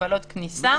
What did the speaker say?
הגבלות כניסה,